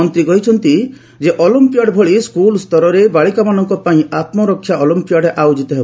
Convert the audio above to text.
ମନ୍ତ୍ରୀ କହିଛନ୍ତି ଯୋଗ ଅଲିମ୍ପିୟାଡ ଭଳି ସ୍କୁଲ ସ୍ତରରେ ବାଳିକାମାନଙ୍କ ପାଇଁ ଆତ୍ମରକ୍ଷା ଅଲିମ୍ପିୟାଡ୍ ଆୟୋଜିତ ହେବ